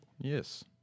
Yes